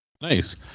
Nice